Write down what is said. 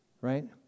Right